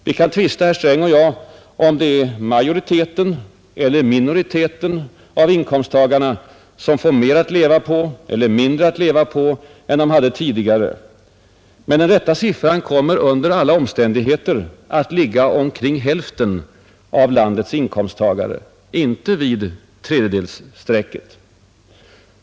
Herr Sträng och jag kan tvista om huruvida det är majoriteten eller minoriteten av inkomsttagarna som får mer eller mindre att leva på än de haft tidigare, men den rätta siffran kommer under alla omständigheter att ligga omkring hälften av landets inkomsttagare, inte vid tredjedelsstrecket.